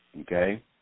okay